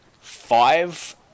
five